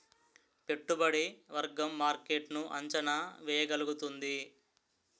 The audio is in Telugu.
పెట్టుబడి వర్గం మార్కెట్ ను అంచనా వేయగలుగుతుంది